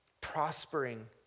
prospering